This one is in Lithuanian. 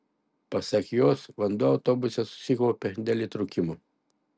pasak jos vanduo autobuse susikaupė dėl įtrūkimo